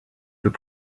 peut